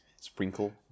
Sprinkle